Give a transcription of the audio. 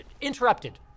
interrupted